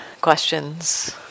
questions